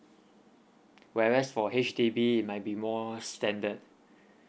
whereas for H_D_B maybe more standard